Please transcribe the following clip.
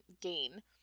gain